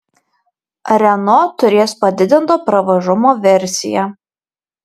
renault turės padidinto pravažumo versiją